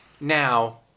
Now